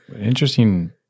interesting